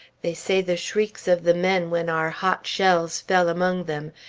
they say the shrieks of the men when our hot shells fell among them,